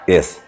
Yes